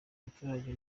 abaturage